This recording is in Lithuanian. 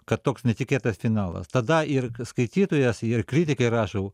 kad toks netikėtas finalas tada ir skaitytojas ir kritikai rašo